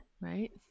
Right